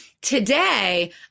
Today